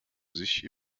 sich